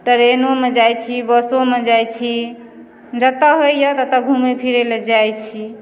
ट्रेनोमे जाइ छी बसोमे जाइ छी जेतहु होइए तेतौ घुमय फिरय लए जाइ छी